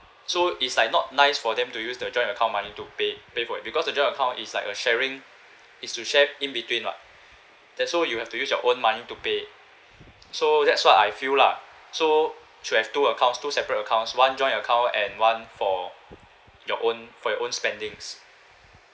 so it's like not nice for them to use the joint account money to pay pay for it because the joint account is like a sharing is to share in between [what] then so you have to use your own money to pay so that's what I feel lah so should have two accounts two separate accounts one joint account and one for your own for your own spendings